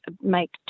make